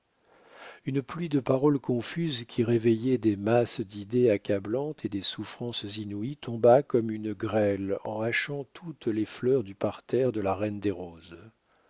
une pluie de paroles confuses qui réveillaient des masses d'idées accablantes et des souffrances inouïes tomba comme une grêle en hachant toutes les fleurs du parterre de la reine des roses